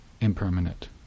impermanent